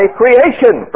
creation